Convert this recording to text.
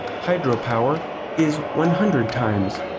hydropower is one hundred times.